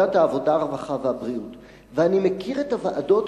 ועדת העבודה,